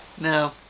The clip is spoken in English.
No